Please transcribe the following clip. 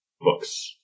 books